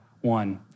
one